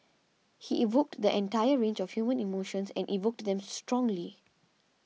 he evoked the entire range of human emotions and evoked them strongly